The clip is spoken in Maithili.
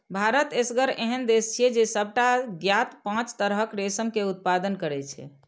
भारत एसगर एहन देश छियै, जे सबटा ज्ञात पांच तरहक रेशम के उत्पादन करै छै